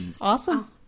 Awesome